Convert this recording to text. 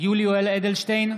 יולי יואל אדלשטיין,